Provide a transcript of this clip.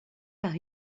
par